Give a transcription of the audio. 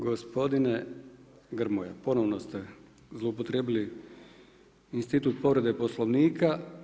Gospodine Grmoja, ponovno ste zloupotrijebili institu povrede Poslovnika.